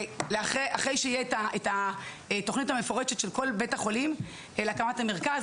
אחרי שתהיה התוכנית המפורטת של כל בית חולים להקמת המרכז,